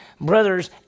brothers